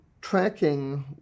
tracking